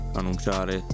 annunciare